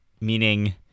meaning